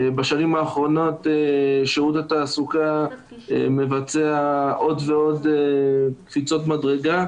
בשנים האחרונות שירות התעסוקה מבצע עוד ועוד קפיצות מדרגה,